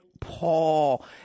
Paul